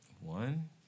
One